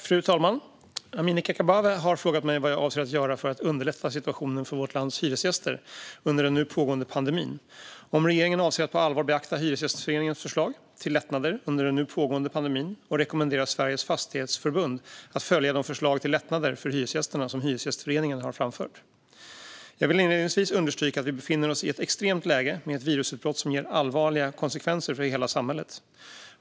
Fru talman! Amineh Kakabaveh har frågat mig vad jag avser att göra för att underlätta situationen för vårt lands hyresgäster under den nu pågående pandemin och om regeringen avser att på allvar beakta Hyresgästföreningens förslag till lättnader under den nu pågående pandemin och rekommendera Sveriges Fastighetsförbund att följa de förslag till lättnader för hyresgästerna som Hyresgästföreningen har framfört. Jag vill inledningsvis understryka att vi befinner oss i ett extremt läge med ett virusutbrott som ger allvarliga konsekvenser för hela samhället.